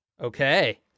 okay